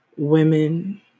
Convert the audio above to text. women